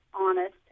honest